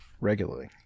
regularly